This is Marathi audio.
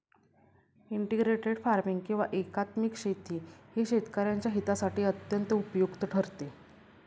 इंटीग्रेटेड फार्मिंग किंवा एकात्मिक शेती ही शेतकऱ्यांच्या हितासाठी अत्यंत उपयुक्त ठरते